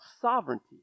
sovereignty